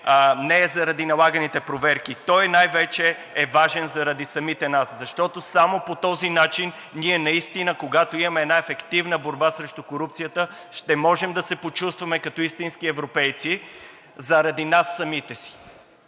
не е заради налаганите проверки. Той най-вече е важен заради самите нас, защото само по този начин ние наистина, когато имаме една ефективна борба срещу корупцията, ще можем да се почувстваме като истински европейци заради нас самите и